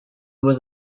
was